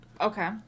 Okay